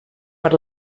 per